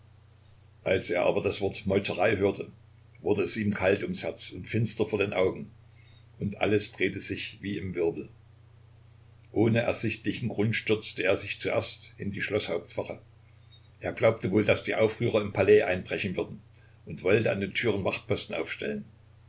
als er aber das wort meuterei hörte wurde es ihm kalt ums herz und finster vor den augen und alles drehte sich wie im wirbel ohne ersichtlichen grund stürzte er sich zuerst in die schloßhauptwache er glaubte wohl daß die aufrührer im palais einbrechen würden und wollte an den türen wachtposten aufstellen